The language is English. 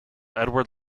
edward